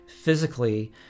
physically